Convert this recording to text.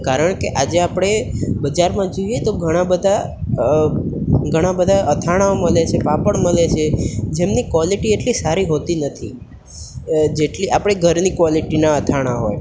કારણ કે આજે આપણે બજારમાં જોઈએ તો ઘણાં બધાં ઘણાં બધાં અથાણાંઓ મળે છે પાપડ મળે છે જેમની કોલેટી એટલી સારી હોતી નથી જેટલી આપણે ઘરની કોલેટીના અથાણાં હોય